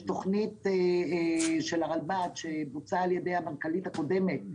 תוכנית של הרלב"ד שבוצעה ע"י המנכ"לית הקודמת,